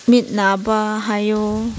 ꯃꯤꯠ ꯅꯥꯕ ꯍꯥꯏꯌꯣ